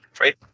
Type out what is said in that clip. right